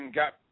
got